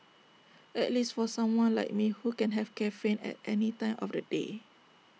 at least for someone like me who can have caffeine at any time of the day